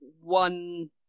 one